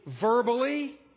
verbally